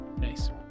Nice